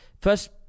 first